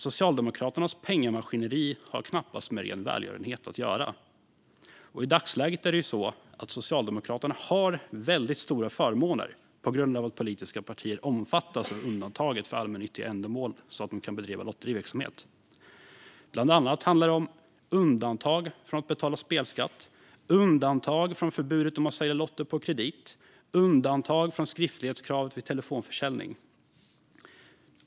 Socialdemokraternas pengamaskineri har knappast med ren välgörenhet att göra. I dagsläget har Socialdemokraterna stora förmåner på grund av att politiska partier omfattas av undantaget för allmännyttiga ändamål så att de kan bedriva lotteriverksamhet. Bland annat handlar det om undantag från att betala spelskatt, undantag från förbudet mot att sälja lotter på kredit och undantag från skriftlighetskravet vid telefonförsäljning.